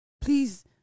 please